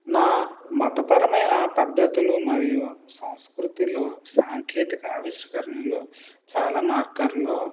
నా మతపరమైన పద్ధతులు మరియు సంస్కృతిలో సాంకేతిక ఆవిష్కరణలో చాలా మార్గాల్లో